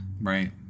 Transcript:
Right